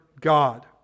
God